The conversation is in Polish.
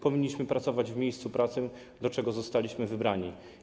Powinniśmy pracować w miejscu pracy, do czego zostaliśmy wybrani.